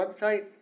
website